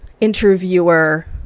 interviewer